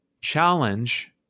challenge